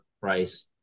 price